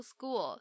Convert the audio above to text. School